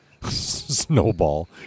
Snowball